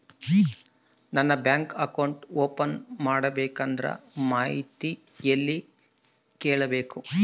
ನಾನು bank account open ಮಾಡಬೇಕಂದ್ರ ಮಾಹಿತಿ ಎಲ್ಲಿ ಕೇಳಬೇಕು?